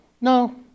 no